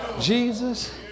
Jesus